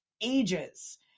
ages